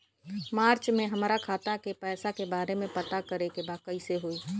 मार्च में हमरा खाता के पैसा के बारे में पता करे के बा कइसे होई?